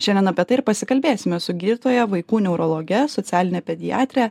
šiandien apie tai ir pasikalbėsime su gydytoja vaikų neurologė socialinė pediatre